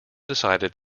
decided